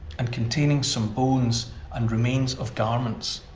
and containing some bones and remains of garments.